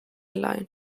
line